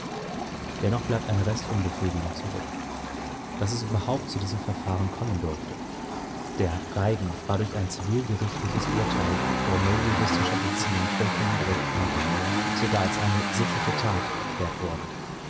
dennoch bleibt ein rest unbefriedigung zurück daß es überhaupt zu diesem verfahren kommen durfte der reigen war durch ein zivilgerichtliches urteil in formeljuristischer beziehung vollkommen gerechtfertigt sogar als eine sittliche tat erklärt worden